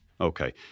Okay